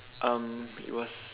um it was